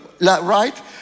right